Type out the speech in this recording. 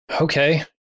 Okay